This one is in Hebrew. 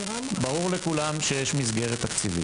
ברור לכולם שיש מסגרת תקציבית.